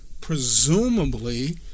presumably